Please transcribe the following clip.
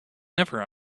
never